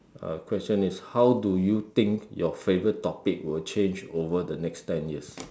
uh question is how do you think your favourite topic will change over the next ten years